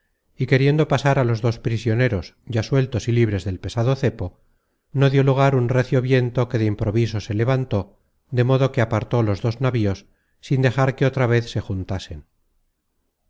y queriendo pasar á los dos prisioneros ya sueltos y libres del pesado cepo no dió lugar un recio viento que de improviso se levantó de modo que apartó los dos navios sin dejar que otra vez se juntasen